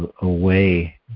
away